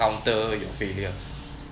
counter your failure